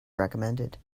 recommended